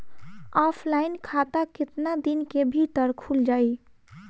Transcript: Offline खाता केतना दिन के भीतर खुल जाई?